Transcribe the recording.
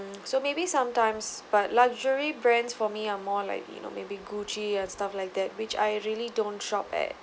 so maybe sometimes but luxury brands for me are more like you know maybe gucci and stuff like that which I really don't shop at